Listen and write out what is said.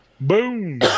boom